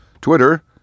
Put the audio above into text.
Twitter